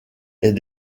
est